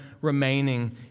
remaining